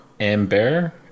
Amber